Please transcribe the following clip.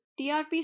TRP